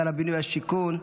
שר הבינוי והשיכון,